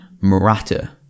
Murata